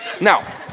Now